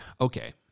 okay